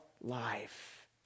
life